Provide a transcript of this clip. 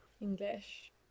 English